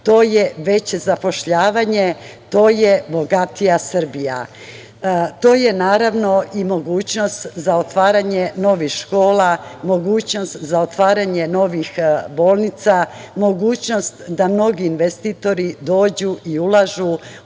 To je veće zapošljavanje. To je bogatija Srbija. To je, naravno, i mogućnost za otvaranje novih škola, mogućnost za otvaranje novih bolnica, mogućnost da mnogi investitori dođu i ulažu u